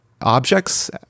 objects